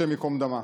השם ייקום דמה.